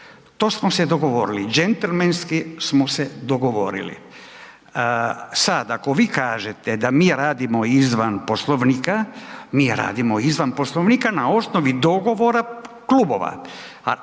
To smo se dogovorili, džentlmenski smo se dogovorili. Sada ako vi kažete da mi radimo izvan Poslovnika mi radimo izvan Poslovnika na osnovi dogovora klubova.